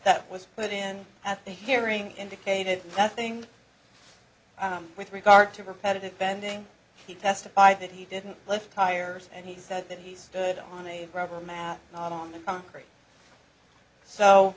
that was put in at the hearing indicated that thing with regard to repetitive bending he testified that he didn't lift tires and he said that he stood on a rubber mat not on the concrete so